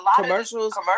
commercials